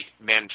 men